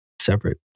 separate